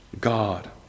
God